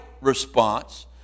response